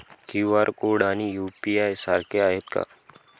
QR code आणि UPI सारखे आहेत का?